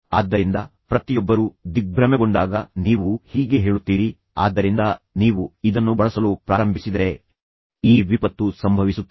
ಆದ್ದರಿಂದ ಪ್ರತಿಯೊಬ್ಬರೂ ದಿಗ್ಭ್ರಮೆಗೊಂಡಾಗ ನೀವು ಹೀಗೆ ಹೇಳುತ್ತೀರಿ ಆದ್ದರಿಂದ ನೀವು ಇದನ್ನು ಬಳಸಲು ಪ್ರಾರಂಭಿಸಿದರೆ ಈ ವಿಪತ್ತು ಸಂಭವಿಸುತ್ತದೆ